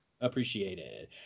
appreciated